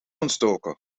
ontstoken